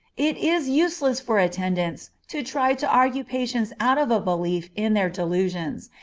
it is useless for attendants to try to argue patients out of a belief in their delusions,